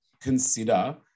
consider